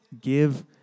give